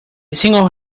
single